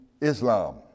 Islam